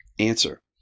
Answer